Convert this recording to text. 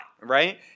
right